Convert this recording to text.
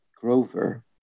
Grover